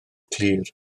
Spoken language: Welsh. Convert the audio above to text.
clir